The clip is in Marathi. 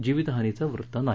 जिवितहानीचं वृत्त नाही